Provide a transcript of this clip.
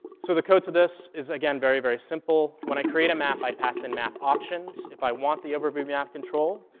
so the code to this is, again, very, very simple. when i create a map, i pass in map options. if i want the overview map control,